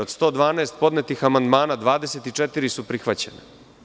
Od 112 podnetih amandmana 24 su prihvaćena.